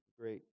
great